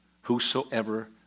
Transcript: Whosoever